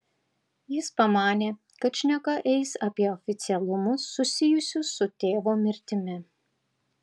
jis pamanė kad šneka eis apie oficialumus susijusius su tėvo mirtimi